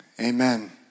Amen